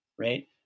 right